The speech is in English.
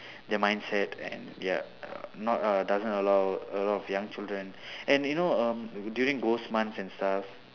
their mindset and ya uh not uh doesn't allow a lot of young children and you know um during ghost months and stuff